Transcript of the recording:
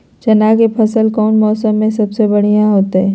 चना के फसल कौन मौसम में सबसे बढ़िया होतय?